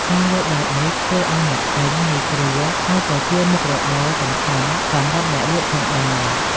ការលក់បែបនេះធ្វើឲ្យអ្នកទិញងាយស្រួល ហើយក៏ជាមុខរបរសំខាន់សម្រាប់អ្នកលក់ផងដែរ។